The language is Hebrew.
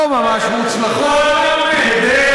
לא ממש מוצלחות, כדי,